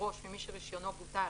לדרוש ממי שרישיונו בוטל,